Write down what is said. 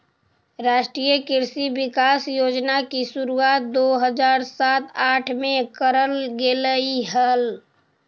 राष्ट्रीय कृषि विकास योजना की शुरुआत दो हज़ार सात आठ में करल गेलइ हल